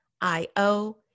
I-O